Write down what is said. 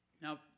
Now